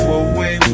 away